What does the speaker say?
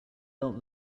out